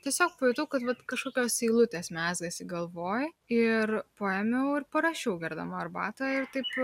tiesiog pajutau kad vat kažkokios eilutės mezgasi galvoj ir paėmiau ir parašiau gerdama arbatą ir taip